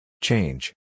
Change